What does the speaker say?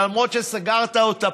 למרות שסגרת אותה,